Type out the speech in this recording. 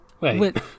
Wait